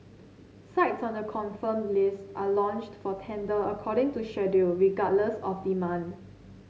sites on the confirmed list are launched for tender according to schedule regardless of demand